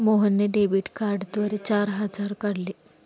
मोहनने डेबिट कार्डद्वारे चार हजार काढले